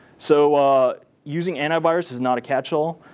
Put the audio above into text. so using antivirus is not a catch-all.